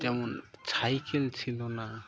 যেমন সাইকেল ছিল না